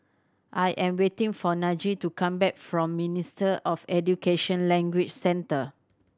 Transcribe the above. I am waiting for Najee to come back from Minister of Education Language Centre